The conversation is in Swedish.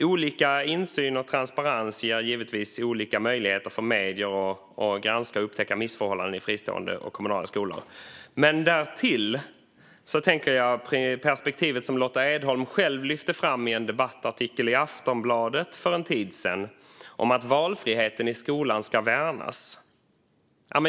Olika insyn och transparens ger givetvis olika möjligheter för medier att granska och upptäcka missförhållanden i fristående och kommunala skolor. Men vi har också perspektivet som Lotta Edholm själv lyfte fram i en debattartikel i Aftonbladet för en tid sedan att valfriheten i skolan ska värnas.